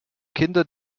kinder